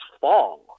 fall